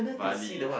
Bali